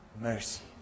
mercy